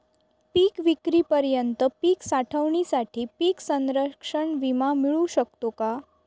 पिकविक्रीपर्यंत पीक साठवणीसाठी पीक संरक्षण विमा मिळू शकतो का?